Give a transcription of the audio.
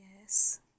Yes